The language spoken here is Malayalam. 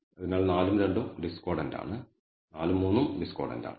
അതിനാൽ 4 ഉം 2 ഉം ഡിസ്കോർഡന്റ് ആണ് 4 ഉം 3 ഉം ഡിസ്കോർഡന്റ് ആണ്